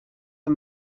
een